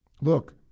Look